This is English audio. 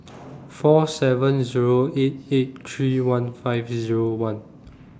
four seven Zero eight eight three one five Zero one